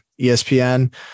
ESPN